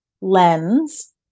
lens